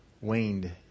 waned